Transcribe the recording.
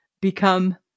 become